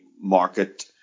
market